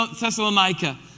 Thessalonica